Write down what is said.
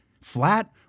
flat